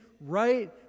right